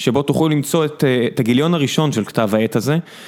שבו תוכלו למצוא את הגיליון הראשון של כתב העת הזה.